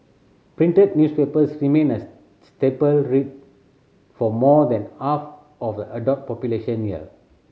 printed newspapers remain a staple read for more than half of a adult population here